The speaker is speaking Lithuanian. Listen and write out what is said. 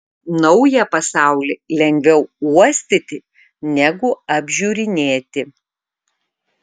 naują pasaulį lengviau uostyti negu apžiūrinėti